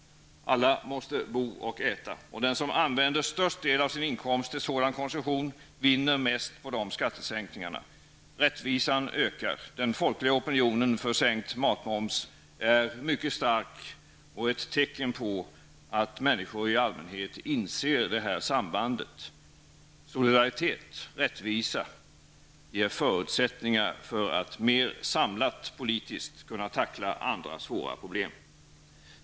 Alla måste bo och äta. Den som använder störst del av sin inkomst till sådan konsumtion vinner mest på skattesänkningarna. Rättvisan ökar. Den folkliga opinionen för sänkt matmoms är mycket stark och ett tecken på att människor i allmänhet inser det här sambandet. Solidaritet och rättvisa ger förutsättningar förmer politiskt samlat kunna tackla andra svåra problem.